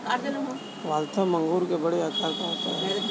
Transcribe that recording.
Waltham अंगूर बड़े आकार का होता है